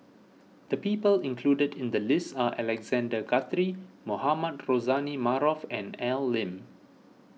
the people included in the list are Alexander Guthrie Mohamed Rozani Maarof and Al Lim